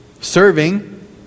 serving